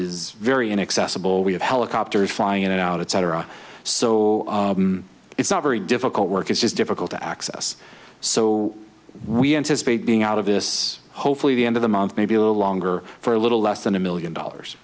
is very inaccessible we have helicopters flying in and out of cetera so it's not very difficult work is just difficult to access so we anticipate being out of this hopefully the end of the month maybe a little longer for a little less than a million dollars